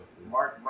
Mark